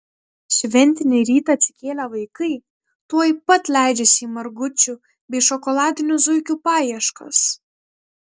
šventinį rytą atsikėlę vaikai tuoj pat leidžiasi į margučių bei šokoladinių zuikių paieškas